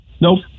Nope